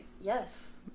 Yes